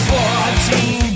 Fourteen